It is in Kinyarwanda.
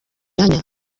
imyanya